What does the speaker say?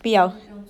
不要